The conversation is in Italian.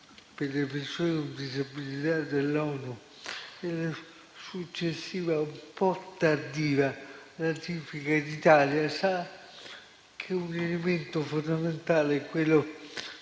delle persone con disabilità dell'ONU e della successiva, un po' tardiva, ratifica in Italia, sa che un elemento fondamentale è quello